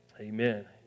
Amen